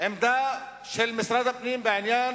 עמדה של משרד הפנים בעניין